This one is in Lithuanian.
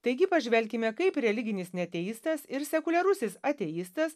taigi pažvelkime kaip religinis neateistas ir sekuliarusis ateistas